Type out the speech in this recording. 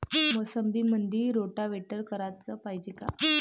मोसंबीमंदी रोटावेटर कराच पायजे का?